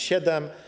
Siedem.